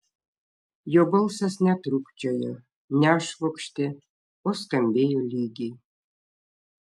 jo balsas netrūkčiojo nešvokštė o skambėjo lygiai